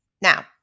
Now